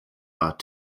are